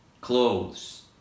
clothes